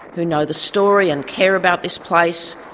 who know the story and care about this place,